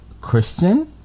Christian